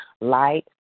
light